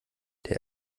der